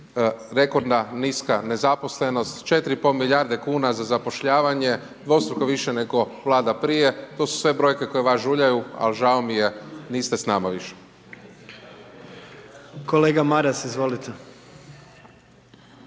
rekordna, niska nezaposlenost, 4,5 milijarde kuna za zapošljavanje, dvostruko više nego Vlada prije, to su sve brojke koje vas žuljaju, ali žao mi je, niste s nama više. **Jandroković,